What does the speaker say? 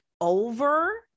over